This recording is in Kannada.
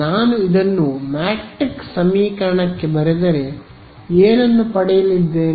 ನಾನು ಇದನ್ನು ಮ್ಯಾಟ್ರಿಕ್ಸ್ ಸಮೀಕರಣಕ್ಕೆ ಬರೆದರೆ ನಾನು ಏನು ಪಡೆಯಲಿದ್ದೇನೆ